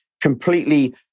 completely